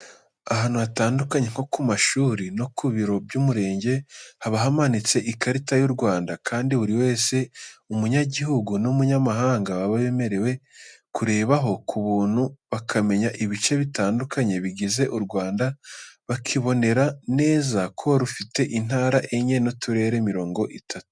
Ahantu hatandukanye, nko ku mashuri no ku biro by'umurenge, haba hamanitse ikarita y'u Rwanda kandi buri wese, umunyagihugu n'umunyamahanga, baba bemerewe kurebaho ku buntu bakamenya ibice bitandukanye bigize u Rwanda, bakibonera neza ko rufite intara enye n'uturere mirongo itatu.